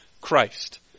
Christ